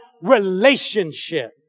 relationship